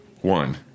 One